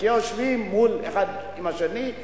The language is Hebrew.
יושבים אחד מול השני,